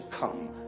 come